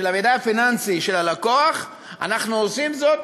של המידע הפיננסי של הלקוח, אנחנו עושים זאת